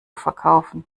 verkaufen